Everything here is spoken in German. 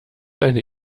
eine